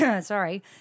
sorry